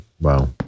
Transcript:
wow